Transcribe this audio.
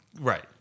Right